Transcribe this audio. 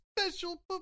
Special